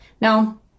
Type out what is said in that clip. now